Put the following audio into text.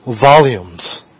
volumes